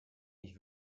ich